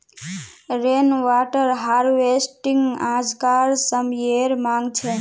rain water harvesting आज्कार समयेर मांग छे